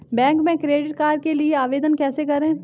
Bank में credit card के लिए आवेदन कैसे करें?